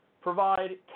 Provide